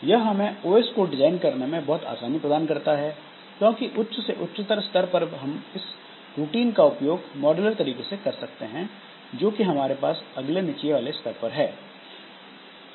यह हमें OS को डिजाइन करने में बहुत आसानी प्रदान करता है क्योंकि उच्च से उच्चतर स्तर पर हम इस रूटीन का उपयोग मॉड्यूलर तरीके से कर सकते हैं जो कि हमारे पास अगले नीचे वाले स्तर पर है